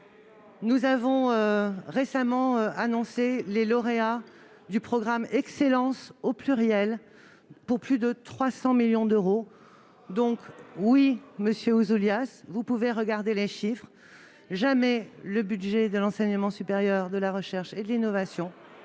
Nous avons récemment annoncé les lauréats du programme ExcellencES pour plus de 300 millions d'euros. Alors, oui, monsieur Ouzoulias, vous pouvez regarder les chiffres : jamais le budget de l'enseignement supérieur, de la recherche et de l'innovation